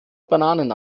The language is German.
bananen